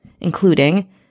including